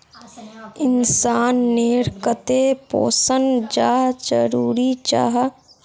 इंसान नेर केते पोषण चाँ जरूरी जाहा?